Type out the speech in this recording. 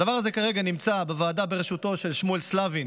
הדבר הזה כרגע נמצא בוועדה בראשותו של שמואל סלבין